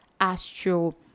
Astro